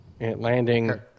landing